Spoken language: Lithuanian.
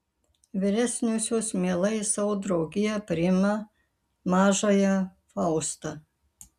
vyresniosios mielai į savo draugiją priima mažąją faustą